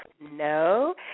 no